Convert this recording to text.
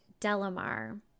Delamar